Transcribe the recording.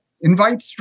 Invite